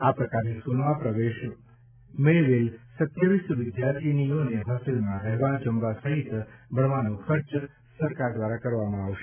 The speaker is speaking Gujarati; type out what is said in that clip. આ પ્રકારની સ્ક્રલમાં પ્રવેશ આપવામાં આવેલ વિદ્યાર્થીનીઓને હોસ્ટેલમાં રહેવા જમવા સહિત ભણવાનો ખર્ચ સરકાર દ્વારા કરવામાં આવે છે